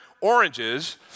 oranges